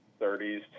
30s